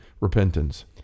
Repentance